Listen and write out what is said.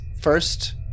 First